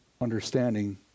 understanding